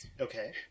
Okay